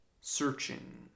searching